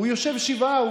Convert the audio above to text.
הוא יושב שבעה,